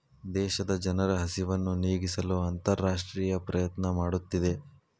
ದೇಶದ ಜನರ ಹಸಿವನ್ನು ನೇಗಿಸಲು ಅಂತರರಾಷ್ಟ್ರೇಯ ಪ್ರಯತ್ನ ಮಾಡುತ್ತಿದೆ